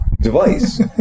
device